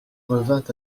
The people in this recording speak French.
revint